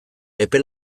epe